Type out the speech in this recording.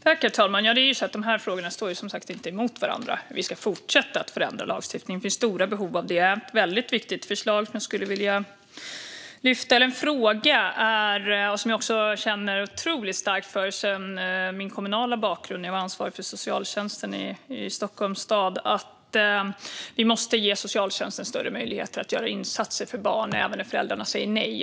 Herr talman! Dessa frågor står som sagt inte mot varandra. Vi ska fortsätta förändra lagstiftningen; det finns stora behov av det. En väldigt viktig fråga som jag skulle vilja lyfta och som jag med min kommunala bakgrund känner otroligt starkt för - jag var ansvarig för socialtjänsten i Stockholms stad - är att vi måste ge socialtjänsten större möjligheter att göra insatser för barn även när föräldrarna säger nej.